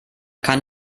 kann